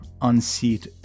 unseat